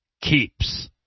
keeps